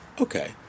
okay